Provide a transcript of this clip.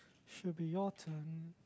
should be your turn